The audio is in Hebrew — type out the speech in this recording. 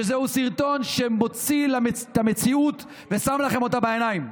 זהו סרטון שמוציא את המציאות ושם לכם אותה בעיניים,